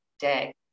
Day